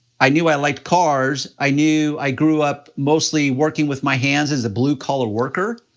i knew i liked cars, i knew i grew up mostly working with my hands as a blue collar worker,